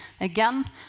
Again